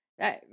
Right